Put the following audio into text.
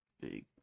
big